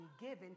given